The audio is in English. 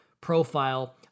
profile